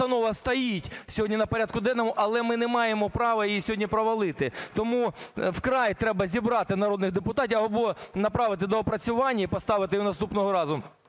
постанова стоїть сьогодні на порядку денному. Але ми не маємо права її сьогодні провалити, тому вкрай треба зібрати народних депутатів або направити на доопрацювання і поставити її наступного разу.